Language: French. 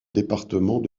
département